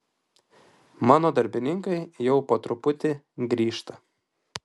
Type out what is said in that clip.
mano darbininkai jau po truputį grįžta